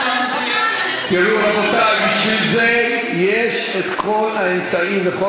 חוזר: אדוני חבר